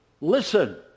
Listen